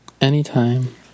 Anytime